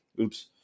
oops